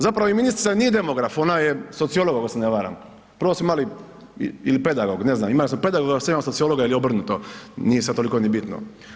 Zapravo i ministrica nije demograf ona je sociolog ako se ne varam, prvo smo imali, ili pedagog, ne znam imali smo pedagoga sad imamo sociologa ili obrnuto nije sad toliko ni bitno.